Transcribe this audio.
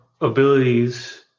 abilities